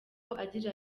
agira